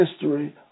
history